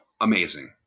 amazing